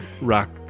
rock